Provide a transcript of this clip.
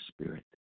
spirit